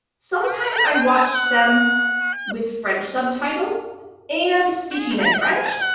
sometimes i watched them with french subtitles and speaking in french,